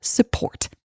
support